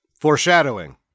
Foreshadowing